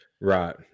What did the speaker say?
Right